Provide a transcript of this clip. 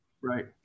right